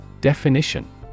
Definition